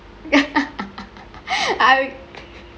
I